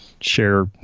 share